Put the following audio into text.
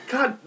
God